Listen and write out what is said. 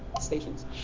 Stations